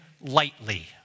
lightly